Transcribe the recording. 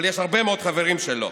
אבל יש הרבה מאוד חברים שלא.